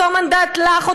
אותו מנדט לך,